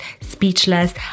speechless